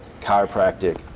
chiropractic